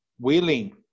willing